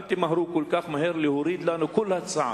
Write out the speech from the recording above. אל תמהרו כל כך להוריד לנו כל הצעה.